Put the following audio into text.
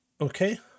Okay